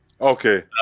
okay